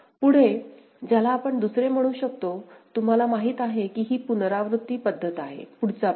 पुढेज्याला आपण दुसरे म्हणू शकतो तुम्हाला माहित आहे की ही पुनरावृत्ती पद्धत आहे पुढचा पास